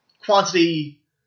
quantity